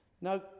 Now